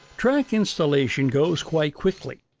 track installation goes quite quickly,